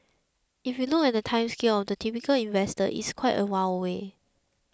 if you look at the time scale of the typical investor it's quite a while away